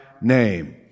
name